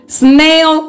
snail